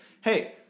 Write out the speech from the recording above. hey